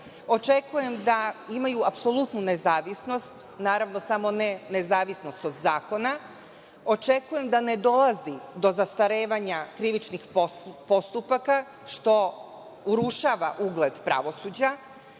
očekujem da imaju apsolutnu nezavisnost, naravno, samo ne nezavisnost od zakona, očekujem da ne dolazi do zastarevanja krivičnih postupaka, što urušava ugled pravosuđa,